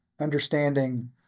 understanding